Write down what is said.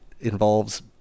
involves